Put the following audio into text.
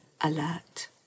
alert